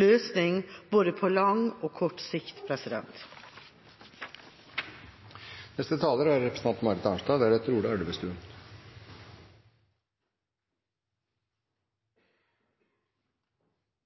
løsning på både lang og kort sikt.